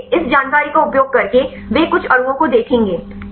इसलिए इस जानकारी का उपयोग करके वे कुछ अणुओं को देखेंगे